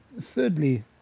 thirdly